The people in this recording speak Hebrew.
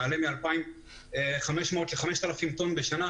שנעלה מ-2,500 ל-5,000 טון בשנה.